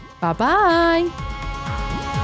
Bye-bye